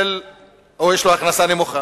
או יש לו הכנסה נמוכה,